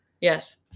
yes